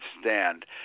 stand